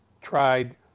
tried